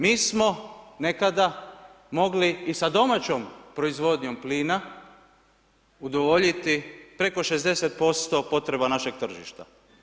Mi smo nekada mogli i sa domaćom proizvodnjom plina, udovoljiti preko 60% potreba našeg tržišta.